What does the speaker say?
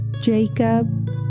Jacob